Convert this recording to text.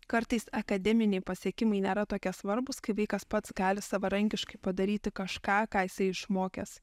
kartais akademiniai pasiekimai nėra tokie svarbūs kai vaikas pats gali savarankiškai padaryti kažką ką jisai išmokęs